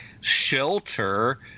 shelter